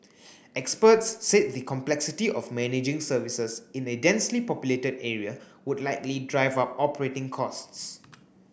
experts said the complexity of managing services in a densely populated area would likely drive up operating costs